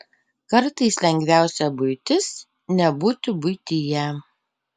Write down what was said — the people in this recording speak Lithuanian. kartais lengviausia buitis nebūti buityje